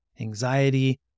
anxiety